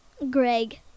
Greg